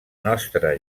nostra